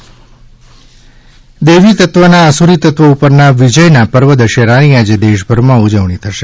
દશેરા દૈવીતત્વના અસૂરીતત્વ ઉપરના વિજયના પર્વ દશેરાની આજે દેશભરમાં ઉજવણી થશે